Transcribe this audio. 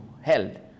held